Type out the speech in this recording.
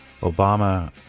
Obama